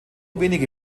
wenige